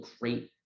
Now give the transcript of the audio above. great